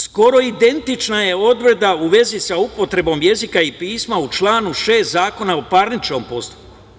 Skoro identična je odredba u vezi sa upotrebom jezika i pisma u članu 6. Zakona o parničnom postupku.